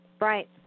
Right